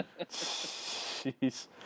Jeez